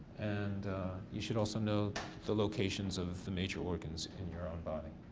and you should also know the locations of the major organs in your own body.